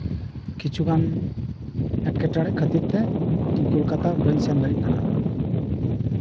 ᱠᱤᱪᱷᱩᱜᱟᱱ ᱮᱸᱴᱠᱮᱴᱚᱲᱮ ᱠᱷᱟᱹᱛᱤᱨᱛᱮ ᱤᱧ ᱠᱳᱞᱠᱟᱛᱟ ᱵᱟᱹᱧ ᱥᱮᱱ ᱫᱟᱲᱮᱭᱟᱜ ᱠᱟᱱᱟ